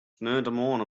sneontemoarn